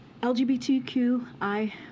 LGBTQI